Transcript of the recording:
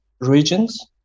regions